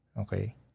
Okay